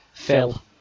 Phil